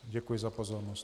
Děkuji za pozornost.